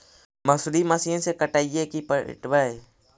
मसुरी मशिन से कटइयै कि पिटबै?